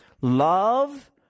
love